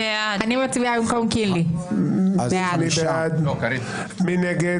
מי נגד?